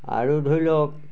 আৰু ধৰি লওক